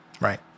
Right